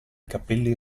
capelli